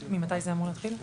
ממתי זה מתחיל?